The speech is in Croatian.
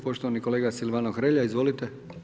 Poštovani kolega Silvano Hrelja, izvolite.